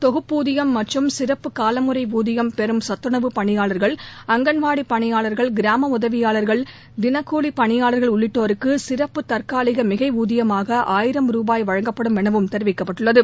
தொகுப்பூதியம் மற்றும் சிறப்பு காலமுறை ஊதியம் பெறும் சத்துணவுப் பணியாளர்கள் அங்கன்வாடிப் பணியாளர்கள் கிராம உதவியாளர்கள் தினக்கூலி பணியாளர்கள் உள்ளிட்டோருக்கு சிறப்பு தற்காலிக மிகை ஊதியமாக ஆயிரம் ரூபாய் வழங்கப்படும் எனவும் தெரிவிக்கப்பட்டுள்ளது